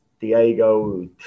Diego